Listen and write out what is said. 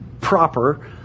proper